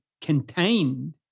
contained